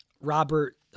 Robert